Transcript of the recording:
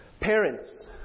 parents